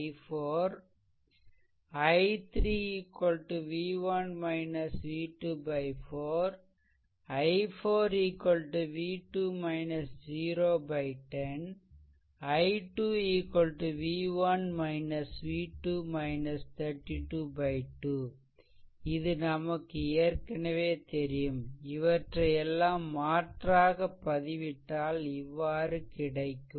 i3 v1 v2 4 i4 v2 0 10 i2 v1 v2 32 2 இது நமக்கு ஏற்கனவே தெரியும் இவற்றை எல்லாம் மாற்றாக பதிவிட்டால் இவ்வாறு கிடைக்கும்